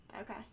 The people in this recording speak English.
Okay